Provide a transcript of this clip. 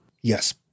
Yes